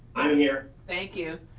i'm here. thank you.